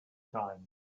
time